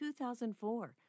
2004